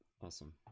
Awesome